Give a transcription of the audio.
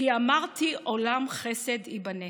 "כי אמרתי עולם חסד יבנה".